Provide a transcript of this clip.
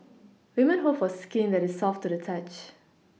women hope for skin that is soft to the touch